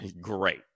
great